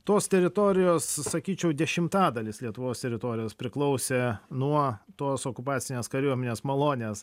tos teritorijos sakyčiau dešimtadalis lietuvos teritorijos priklausė nuo tos okupacinės kariuomenės malonės